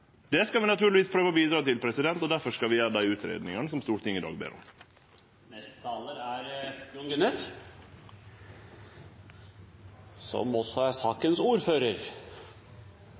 Det skal vi naturlegvis prøve å bidra til, og difor skal vi gjere dei utgreiingane som Stortinget i dag ber om. Venstre forholder seg til avtaler. Gjennom Nasjonal transportplan, som